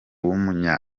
w’umunya